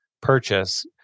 purchase